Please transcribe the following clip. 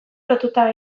lotuta